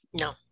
No